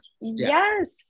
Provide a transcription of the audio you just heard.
Yes